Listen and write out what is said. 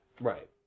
Right